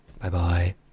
Bye-bye